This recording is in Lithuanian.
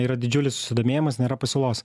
yra didžiulis susidomėjimas nėra pasiūlos